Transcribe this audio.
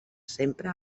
sempre